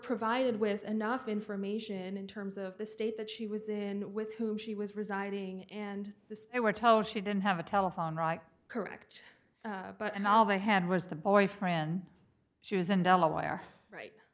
provided with enough information in terms of the state that she was in with whom she was residing and this they were told she didn't have a telephone correct but and all they had was the boyfriend she was in delaware right